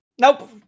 Nope